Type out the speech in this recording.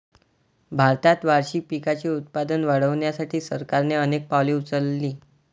भारतात वार्षिक पिकांचे उत्पादन वाढवण्यासाठी सरकारने अनेक पावले उचलली